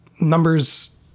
numbers